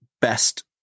best